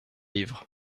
livres